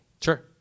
Sure